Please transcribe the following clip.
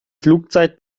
flugzeit